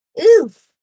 Oof